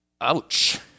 ouch